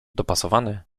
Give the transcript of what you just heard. dopasowany